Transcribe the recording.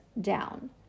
down